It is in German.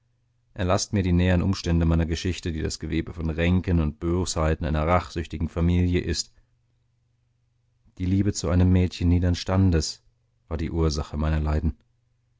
erlaßt mir die näheren umstände meiner geschichte die das gewebe von ränken und bosheiten einer rachsüchtigen familie ist die liebe zu einem mädchen niedern standes war die ursache meiner leiden